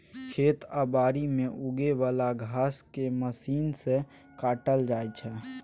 खेत आ बारी मे उगे बला घांस केँ मशीन सँ काटल जाइ छै